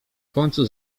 końcu